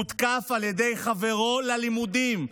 הותקף על ידי חברו ללימודים,